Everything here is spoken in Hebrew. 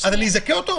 אז אני אזכה אותו?